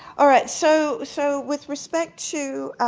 all right. so so, with respect to